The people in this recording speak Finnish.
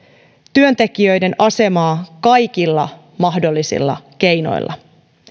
työntekijöiden asemaa kaikilla mahdollisilla keinoilla